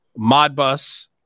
Modbus